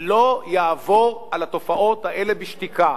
לא יעבור על התופעות האלה בשתיקה.